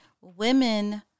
women